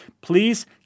Please